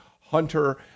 Hunter